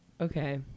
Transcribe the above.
okay